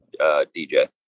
DJ